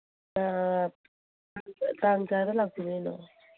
ꯇꯥꯡ ꯀꯌꯥꯗ ꯂꯥꯛꯄꯤꯗꯣꯏꯅꯣ